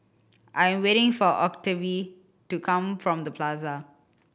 I am waiting for Octavie to come from The Plaza